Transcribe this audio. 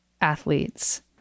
athletes